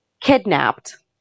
kidnapped